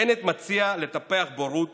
בנט מציע לטפח בורות